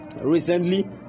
recently